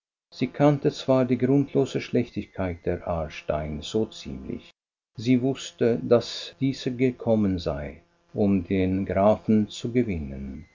sie kannte zwar die grundlose schlechtigkeit der aarstein so ziemlich sie wußte daß diese gekommen sei um den grafen zu gewinnen